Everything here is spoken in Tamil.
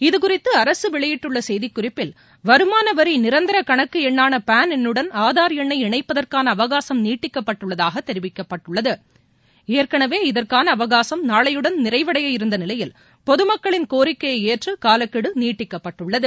இதுகுறித்து அரசு வெளியிட்டுள்ள செய்திக்குறிப்பில் வருமாள வரி நிரந்தர கணக்கு எண்ணான பான் என்னுடன் ஆதார் என்னை இணைப்பதற்கான அவகாசம் நீட்டிக்கப்பட்டுள்ளதாக தெரிவிக்கப்பட்டுள்ளது ஏற்கனவே இதற்கான அவகாசம் நாளையுடன் நிறைவடைய இருந்த நிலையில் பொதுமக்களின் கோரிக்கையை ஏற்று காலக்கெடு நீட்டிக்கப்பட்டுள்ளது